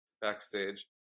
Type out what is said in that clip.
backstage